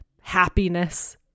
happiness